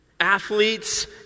athletes